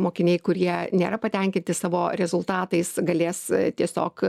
mokiniai kurie nėra patenkinti savo rezultatais galės tiesiog